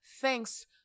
thanks